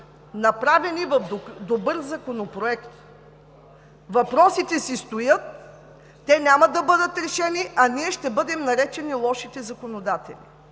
направени в добър законопроект. Въпросите си стоят, те няма да бъдат решени, а ние ще бъдем наречени лошите законодатели